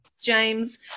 james